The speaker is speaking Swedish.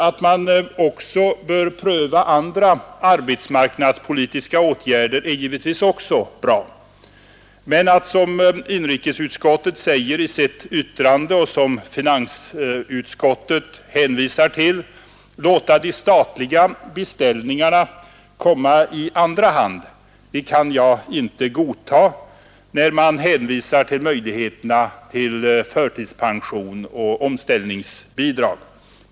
Att man också vill pröva andra arbetsmarknadspolitiska åtgärder är givetvis bra. Men inrikesutskottet säger i sitt yttrande, som finansutskottet hänvisar till, att man bör låta de statliga beställningarna komma i andra hand; utskottet hänvisar till förtidspensionering och omställningsbidrag. Det kan jag inte godta.